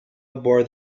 aboard